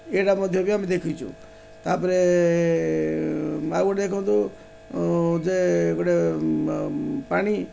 ଏଇଟା ମଧ୍ୟ ବି ଆମେ ଦେଖିଛୁ ତା'ପରେ ଆଉ ଗୋଟେ ଦେଖନ୍ତୁ ଯେ ଗୋଟେ ପାଣି